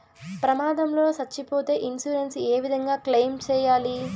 ప్రమాదం లో సచ్చిపోతే ఇన్సూరెన్సు ఏ విధంగా క్లెయిమ్ సేయాలి?